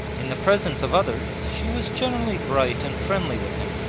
in the presence of others she was generally bright and friendly with him,